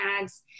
ads